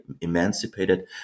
emancipated